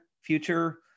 future